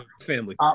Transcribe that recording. family